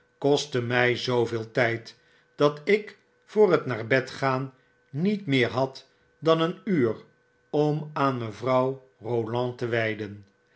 kostte mij zooveel tgd dat ik voor het naar bed gaan niet meer had dan een uur om aan mevrouw roland te wijden